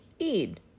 Eid